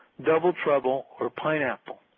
double trouble, or pineapple?